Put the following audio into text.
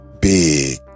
Big